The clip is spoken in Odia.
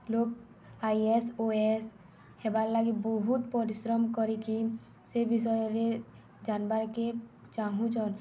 low I A S O A S ହେବାର୍ ଲାଗି ବହୁତ ପରିଶ୍ରମ କରିକି ସେ ବିଷୟରେ ଜାନ୍ବାର୍କେ ଚାହୁଁଚନ୍